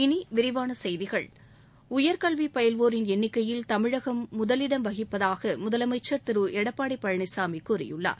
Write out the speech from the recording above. இனி விரிவான செய்திகள் உயர்கல்வி பயில்வோரின் எண்ணிக்கையில் தமிழகம் முதலிடம் வகிப்பதாக முதலமைச்சர் திரு எடப்பாடி பழனிசாமி கூறியுள்ளார்